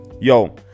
Yo